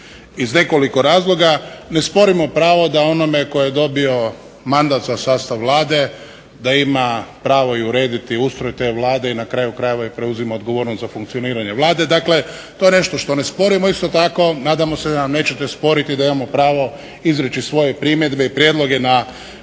Iz nekoliko razloga ne sporimo pravo da onome koji je dobio mandat za sastav Vlade da ima pravo i urediti ustroj te Vlade i na kraju krajeva i preuzima odgovornost za funkcioniranje Vlade. Dakle, to je nešto što ne sporimo. Isto tako nadamo se da nam nećete sporiti da imamo pravo izreći svoje primjedbe i prijedloge na